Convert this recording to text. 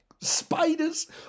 Spiders